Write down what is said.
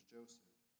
Joseph